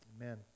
Amen